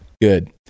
Good